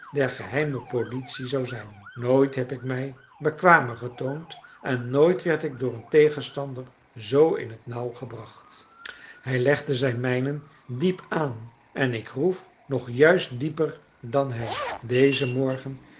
der geheime politie zou zijn nooit heb ik mij bekwamer betoond en nooit werd ik door een tegenstander zoo in t nauw gebracht hij legde zijn mijnen diep aan en ik groef nog juist dieper dan hij dezen morgen